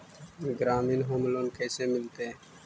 ग्रामीण home loan कैसे मिलतै?